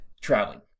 traveling